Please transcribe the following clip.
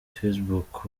facebook